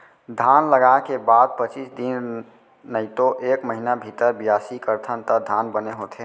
धान लगाय के बाद पचीस दिन नइतो एक महिना भीतर बियासी करथन त धान बने होथे